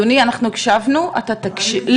אדוני, אנחנו הקשבנו ואתה תקשיב.